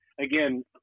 again